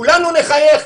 כולנו נחייך,